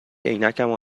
عینکمو